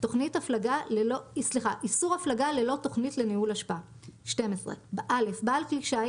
איסור הפלגה ללא תכנית לניהול אשפה 12. (א) בעל כלי שיט